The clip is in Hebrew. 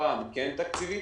הפעם כן תקציבית,